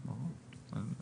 ברור.